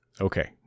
Okay